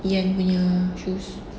iyan punya shoes